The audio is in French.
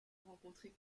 rencontrer